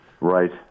Right